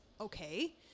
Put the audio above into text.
okay